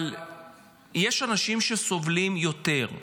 אבל יש אנשים שסובלים יותר,